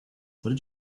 did